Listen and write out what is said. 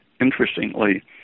interestingly